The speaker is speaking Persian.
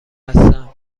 هستم